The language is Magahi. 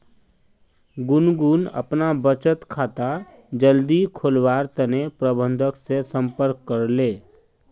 गुनगुन अपना बचत खाता जल्दी खोलवार तने प्रबंधक से संपर्क करले